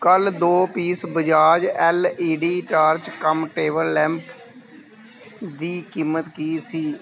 ਕੱਲ੍ਹ ਦੋ piece Bajaj L E D torch cum table lamp ਦੀ ਕੀਮਤ ਕੀ ਸੀ